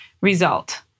Result